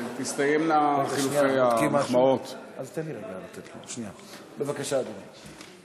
כשיסתיימו חילופי המחמאות, בבקשה, אדוני.